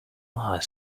are